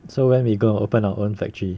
so when we go open our own factory